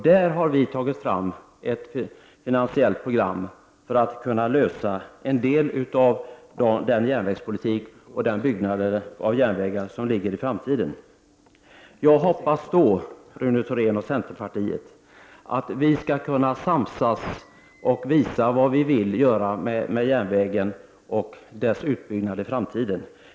Där har vi tagit fram ett finansiellt program för att kunna lösa problemen när det gäller järnvägspolitik och byggnad av järnvägar i framtiden. Jag hoppas, Rune Thorén och centerpartiet, att vi skall kunna samsas och visa vad vi vill göra med järnvägen och dess utbyggnad i framtiden.